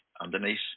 underneath